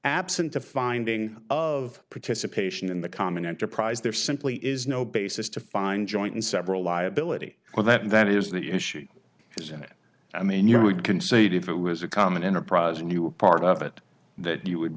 absent a finding of participation in the common enterprise there simply is no basis to find joint and several liability for that and that is the issue isn't it i mean you would concede if it was a common enterprise and you a part of it that you would